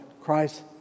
Christ